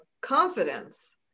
confidence